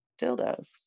dildos